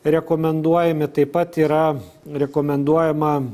rekomenduojami taip pat yra rekomenduojama